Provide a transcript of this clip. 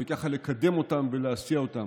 ולקדם אותם ולהסיע אותם.